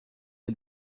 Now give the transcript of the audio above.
lhe